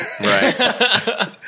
right